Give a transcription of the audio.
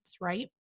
right